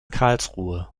karlsruhe